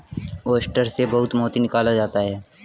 oyster से बहुत मोती निकाला जाता है